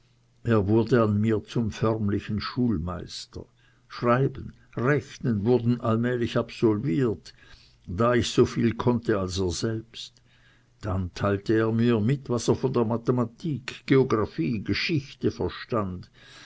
er wurde an mir zum förmlichen schulmeister schreiben rechnen wurden allmählich absolviert da ich so viel konnte als er selbst dann teilte er mir mit was er von der mathematik geographie geschichte verstund